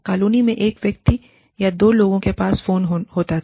colony में एक व्यक्ति या दो लोगों के पास फोन होता था